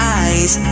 eyes